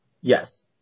Yes